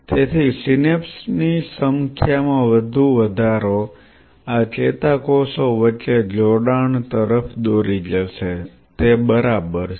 તેથી સિનેપ્સ ની સંખ્યામાં વધુ વધારો આ ચેતાકોષો વચ્ચે જોડાણ તરફ દોરી જશે તે બરાબર છે